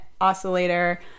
oscillator